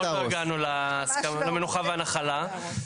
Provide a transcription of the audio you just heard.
אנחנו עוד לא הגענו למנוחה ולנחלה.